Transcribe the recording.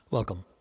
Welcome